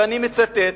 ואני מצטט,